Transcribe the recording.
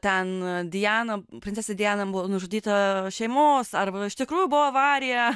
ten diana princesė diana buvo nužudyta šeimos arba iš tikrųjų buvo avarija